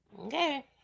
Okay